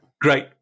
Great